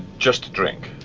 just a drink.